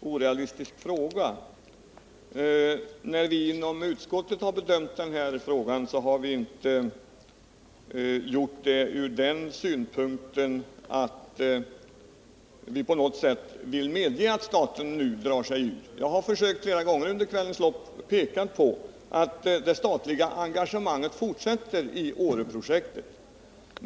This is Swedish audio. orealistisk fråga. Vi har inom utskottet inte gjort vår bedömning utifrån den synpunkten att vi på något sätt vill medge att staten nu drar sig ur Åreprojektet. Jag har försökt flera gånger under kvällens lopp att peka på att det statliga engagemanget fortsätter i projektet.